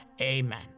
amen